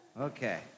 Okay